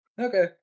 Okay